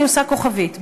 אני עושה כוכבית,